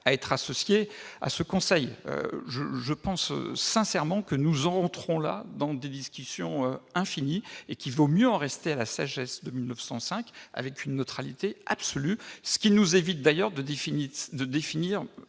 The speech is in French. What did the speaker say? à être associée à ce conseil ? Je pense sincèrement que nous entrons là dans des discussions infinies, et qu'il vaut mieux en rester à la sagesse de 1905 : la neutralité absolue nous évite d'ailleurs de définir